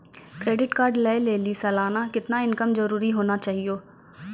Credit card लय लेली सालाना कितना इनकम जरूरी होना चहियों?